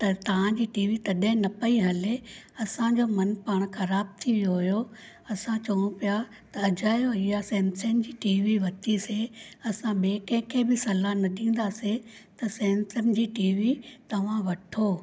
त तव्हांजी टीवी तॾहिं न पई हले असांजो मनु पाण ख़राब थी वियो हुयो असां चऊं पिया त अजायो इहा सैमसंग जी टीवी वरितीसीं असां ॿिए कहिंखे बि सलाहु न ॾींदासीं त सैमसंग जी टीवी तव्हां वठो